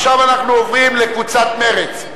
עכשיו אנחנו עוברים לקבוצת מרצ.